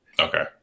Okay